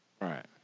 Right